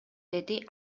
деди